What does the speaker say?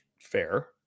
fair